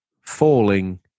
falling